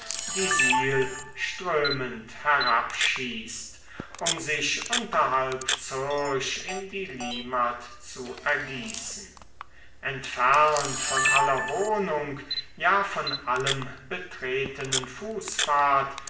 die sihl strömend herabschießt um sich unterhalb zürch in die limmat zu ergießen entfernt von aller wohnung ja von allem betretenen